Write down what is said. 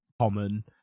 common